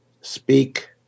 speak